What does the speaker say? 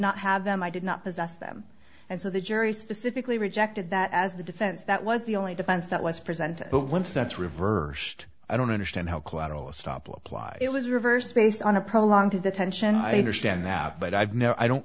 not have them i did not possess them and so the jury specifically rejected that as the defense that was the only defense that was presented but once that's reversed i don't understand how collateral estoppel applied it was reversed based on a prolonged to detention i understand that but i've no i don't